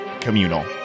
communal